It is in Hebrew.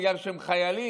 בגלל שהם חיילים,